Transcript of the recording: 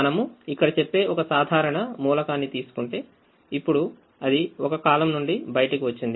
మనము ఇక్కడ చెప్పే ఒకసాధారణ మూలకాన్ని తీసుకుంటేఇప్పుడు ఇది ఒక కాలం నుండి బయటకు వచ్చింది